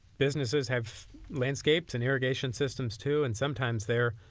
businesses have landscape and irrigation systems, too, and sometimes they are